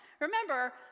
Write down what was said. Remember